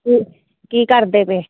ਕੀ ਕੀ ਕਰਦੇ ਪਏ